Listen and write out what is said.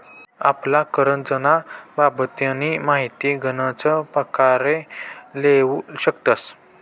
आपला करजंना बाबतनी माहिती गनच परकारे लेवू शकतस